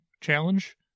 challenge